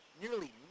Nearly